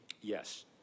Yes